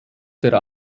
der